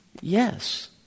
Yes